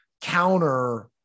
counter